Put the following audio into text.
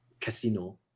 casino